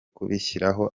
kubishyiraho